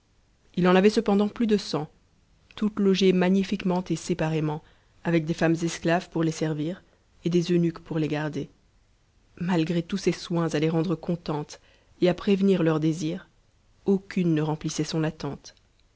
il en avait cepen t plus de cent toutes logées magnifiquement et séparément avec des mîmes esclaves pour les servir et des eunuques pour les garder ma gré tous ces soins à les rendre contentes et à prévenir leurs désirs aucune emplissait son attente